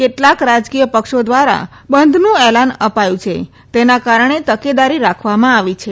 કેટલાક રાજકીય પક્ષો દ્વારા બંધનું એલાન અપાયું છે તેના કારણે તકેદારી રાખવામાં આવી છે